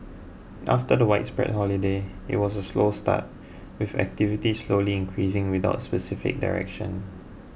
after the widespread holidays it was a slow start with activity slowly increasing without specific direction